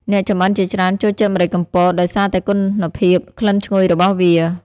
អ្នកចំអិនជាច្រើនចូលចិត្តម្រេចកំពត ដោយសារតែគុណភាពក្លិនឈ្ងុយរបស់វា។